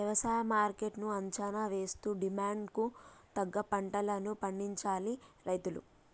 వ్యవసాయ మార్కెట్ ను అంచనా వేస్తూ డిమాండ్ కు తగ్గ పంటలను పండించాలి రైతులు